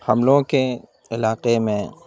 ہم لوگوں کیں علاقے میں